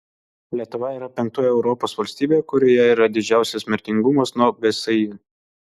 lietuva yra penktoji europos valstybė kurioje yra didžiausias mirtingumas nuo gsi